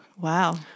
Wow